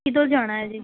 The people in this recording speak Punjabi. ਕਦੋਂ ਜਾਣਾ ਹੈ ਜੀ